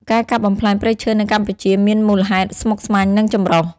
ការកាប់បំផ្លាញព្រៃឈើនៅកម្ពុជាមានមូលហេតុស្មុគស្មាញ និងចម្រុះ។